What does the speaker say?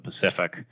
Pacific